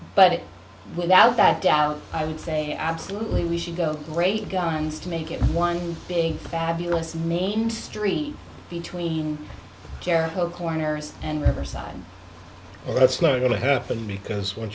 but without that doubt i would say absolutely we should go great guns to make it one big fabulous main street between jericho corners and riverside and that's never going to happen because when